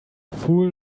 fool